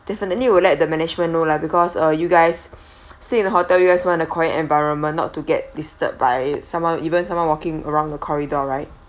definitely will let the management know lah because err you guys stay in a hotel you guys want a quiet environment not to get disturbed by somehow even someone walking along the corridor right